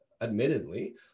Admittedly